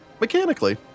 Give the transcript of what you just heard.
Mechanically